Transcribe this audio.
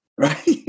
Right